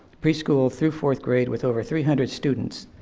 preschool through fourth grade with over three hundred students.